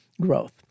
growth